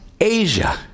Asia